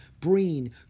Breen